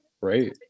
Right